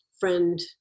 Friend